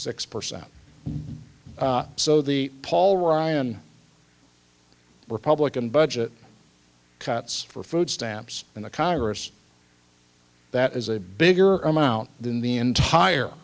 six percent so the paul ryan republican budget cuts for food stamps in the congress that is a bigger amount than the entire